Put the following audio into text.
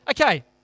okay